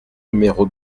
numéro